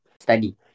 study